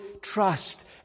trust